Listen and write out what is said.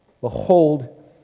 behold